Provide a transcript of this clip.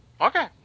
Okay